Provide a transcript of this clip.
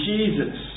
Jesus